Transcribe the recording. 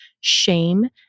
shame